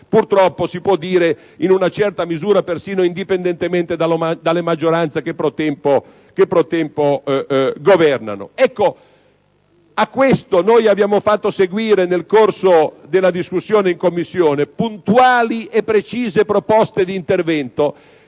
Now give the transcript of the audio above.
(purtroppo si può dire, in una certa misura, persino indipendentemente dalle maggioranze che *pro tempore* governano). A questo abbiamo fatto seguire nel corso della discussione in Commissione puntuali e precise proposte d'intervento,